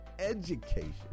education